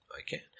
Okay